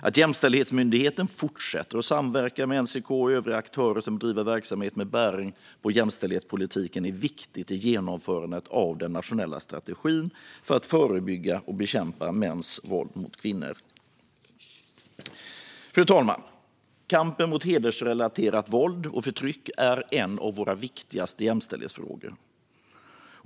Att Jämställdhetsmyndigheten fortsätter att samverka med NCK och övriga aktörer som bedriver verksamhet med bäring på jämställdhetspolitiken är viktigt i genomförandet av den nationella strategin för att förebygga och bekämpa mäns våld mot kvinnor. Fru talman! Kampen mot hedersrelaterat våld och förtryck är en av våra viktigaste jämställdhetsfrågor.